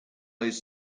his